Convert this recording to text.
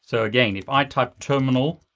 so again, if i type terminal,